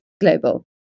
global